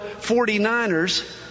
49ers